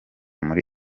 muri